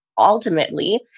ultimately